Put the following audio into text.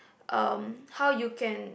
um how you can